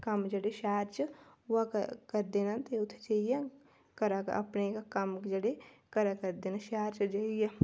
कम्म जेह्ड़े शैह्र च होआ करदे न ते उत्थै जाइयै करा करदे अपने कम्म जेह्ड़े करा करदे न शैह्र च जाइयै